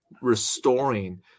restoring